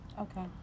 Okay